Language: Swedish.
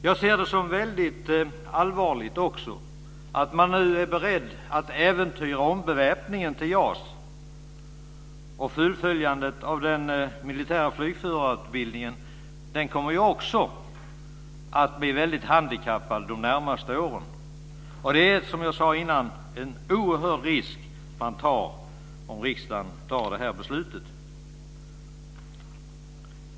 Jag ser det också som väldigt allvarligt att man nu är beredd att äventyra ombeväpningen till JAS och fullföljandet av den militära flygförarutbildningen. Denna kommer också att bli väldigt handikappad de närmaste åren. Det är, som jag sade förut, en oerhörd risk man tar om riksdagen fattar det här beslutet.